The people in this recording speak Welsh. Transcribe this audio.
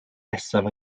nesaf